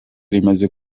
rimaze